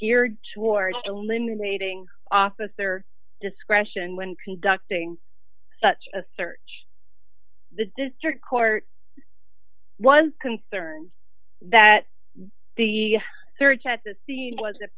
geared toward eliminating officer discretion when conducting such a search the district court i was concerned that the search at the scene was